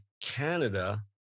Canada